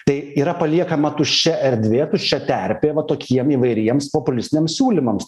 tai yra paliekama tuščia erdvė tuščia terpė va tokiem įvairiems populistiniams siūlymams